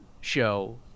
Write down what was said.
show